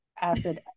acid